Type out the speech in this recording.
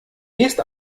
gehst